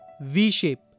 v-shape